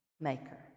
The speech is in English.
maker